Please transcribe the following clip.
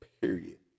period